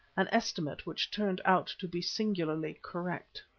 an estimate which turned out to be singularly correct.